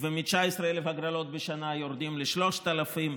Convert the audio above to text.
ומ-19,000 הגרלות בשנה יורדים ל-3,000.